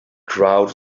crowd